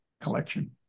collection